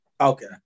okay